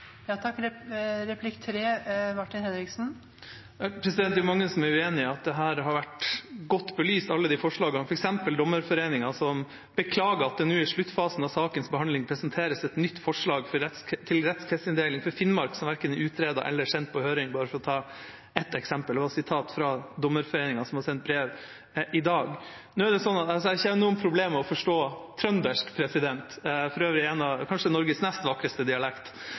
Det er jo mange som er uenig i at alle forslagene har vært godt belyst, f.eks. Dommerforeningen, som beklager at det nå i sluttfasen av sakens behandling presenteres et nytt forslag til rettsstedstildeling for Finnmark, som verken er utredet eller sendt på høring, bare for å ta ett eksempel. Det var referert fra Dommerforeningen, som har sendt brev i dag. Nå har ikke jeg noen problemer med å forstå trøndersk – for øvrig Norges kanskje nest vakreste dialekt